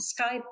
Skype